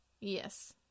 Yes